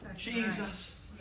Jesus